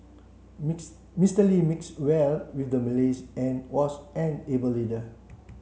Mr Lee mixed well with the Malay's and was an able leader